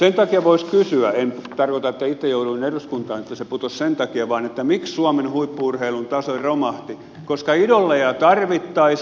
sen takia voisi kysyä en tarkoita että kun itse jouduin eduskuntaan se putosi sen takia miksi suomen huippu urheilun taso romahti koska idoleja tarvittaisiin